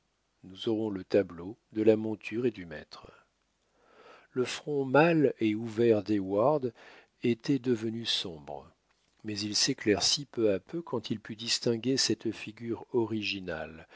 nous aurons le tableau de la monture et du maître le front mâle et ouvert d'heyward était devenu sombre mais il s'éclaircit peu à peu quand il put distinguer cette figure originale